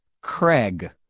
Craig